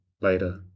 later